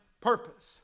purpose